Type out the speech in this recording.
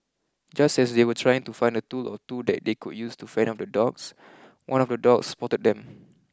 just as they were trying to find a tool or two that they could use to fend off the dogs one of the dogs spotted them